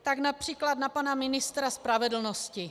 Tak například na pana ministra spravedlnosti.